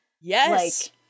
Yes